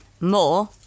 more